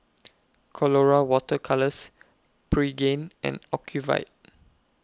Colora Water Colours Pregain and Ocuvite